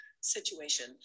situation